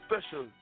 special